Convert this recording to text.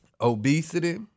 obesity